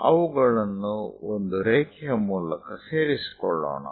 ಅವುಗಳನ್ನು ಒಂದು ರೇಖೆಯ ಮೂಲಕ ಸೇರಿಕೊಳ್ಳೋಣ